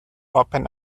open